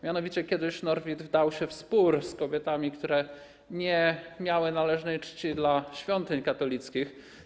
Mianowicie kiedyś Norwid wdał się w spór z kobietami, które nie miały należnej czci dla świątyń katolickich.